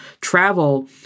travel